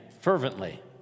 fervently